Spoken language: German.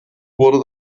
wurde